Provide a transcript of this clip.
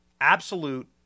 absolute